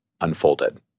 unfolded